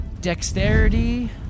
dexterity